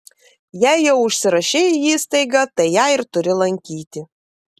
jei jau užsirašei į įstaigą tai ją ir turi lankyti